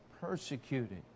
persecuted